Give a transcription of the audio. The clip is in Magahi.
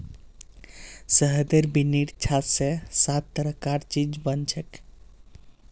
शहदेर बिन्नीर छात स सात तरह कार चीज बनछेक